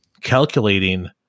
calculating